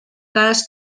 cas